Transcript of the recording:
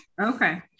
Okay